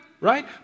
right